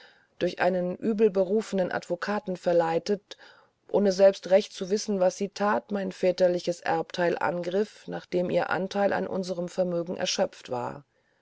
durch einen übelberufenen advocaten verleitet ohne selbst recht zu wissen was sie that mein väterliches erbtheil angriff nachdem ihr antheil an unserem vermögen erschöpft war